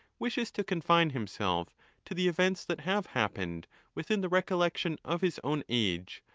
wishes to confine himself to the events that have hap pened within the recollection of his own age,